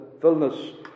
fullness